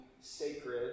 sacred